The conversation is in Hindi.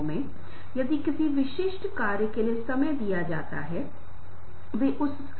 और मुझे आशा है कि आप जो मैं कहना चाह रहा हू उसका अर्थ निकाल लेंगे